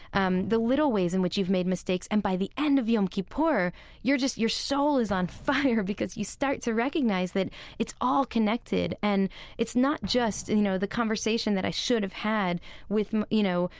um the little ways in which you've made mistakes and by the end of yom kippur, you're you're just, your soul is on fire, because you start to recognize that it's all connected. and it's not just, you know, the conversation that i should have had with, you know,